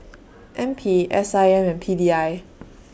N P S I M and P D I